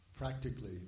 Practically